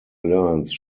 learns